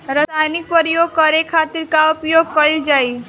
रसायनिक प्रयोग करे खातिर का उपयोग कईल जाइ?